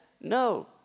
No